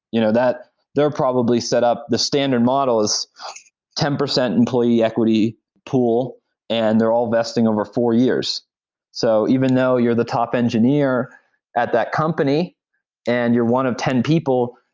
you know they're probably set up the standard model is ten percent employee equity pool and they're all vesting over four years so even though you're the top engineer at that company and you're one of ten people,